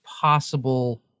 possible